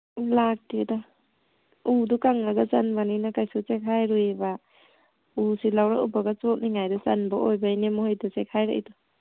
ꯂꯥꯛꯇꯦꯗ ꯎꯗꯨ ꯀꯪꯉꯒ ꯆꯟꯕꯅꯤꯅ ꯀꯩꯁꯨ ꯆꯦꯈꯥꯏꯔꯣꯏꯌꯦꯕ ꯎꯁꯦ ꯂꯧꯔꯛꯎꯕꯒ ꯆꯣꯠꯂꯤꯉꯩꯗ ꯆꯟꯕ ꯑꯣꯏꯕꯩꯅꯦ ꯃꯣꯏꯒꯤꯗꯣ ꯆꯦꯈꯥꯏꯔꯛꯏꯗꯣ